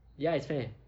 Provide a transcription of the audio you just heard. ya it's fair